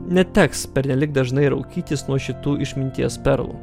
neteks pernelyg dažnai raukytis nuo šitų išminties perlų